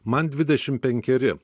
man dvidešimt penkeri